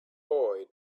boy